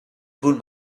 pull